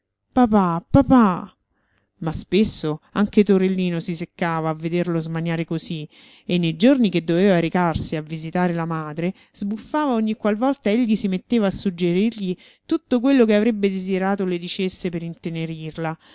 papà papà ma spesso anche torellino si seccava a vederlo smaniare così e nei giorni che doveva recarsi a visitare la madre sbuffava ogni qual volta egli si metteva a suggerirgli tutto quello che avrebbe desiderato le dicesse per intenerirla